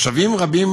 משאבים רבים